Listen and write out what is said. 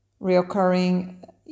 reoccurring